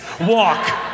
Walk